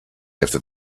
after